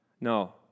No